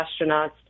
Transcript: astronauts